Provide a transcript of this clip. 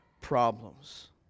problems